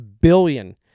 billion